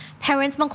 Parents